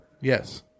Yes